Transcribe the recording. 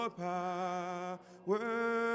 power